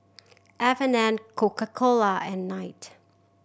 F and N Coca Cola and Knight